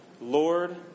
Lord